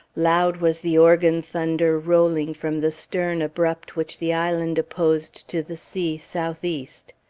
loud was the organ-thunder rolling from the stem abrupt which the island opposed to the sea south-east.